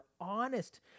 honest